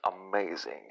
amazing